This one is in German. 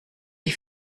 die